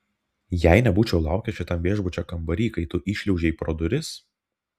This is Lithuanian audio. jei nebūčiau laukęs šitam viešbučio kambary kai tu įšliaužei pro duris